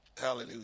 hallelujah